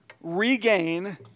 regain